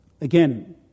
Again